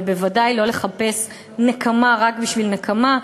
אבל בוודאי לא לחפש נקמה רק בשביל נקמה,